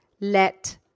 let